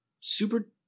super